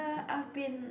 I've been